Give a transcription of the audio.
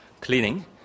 cleaning